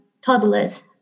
toddlers